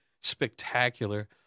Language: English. spectacular